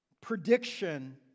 prediction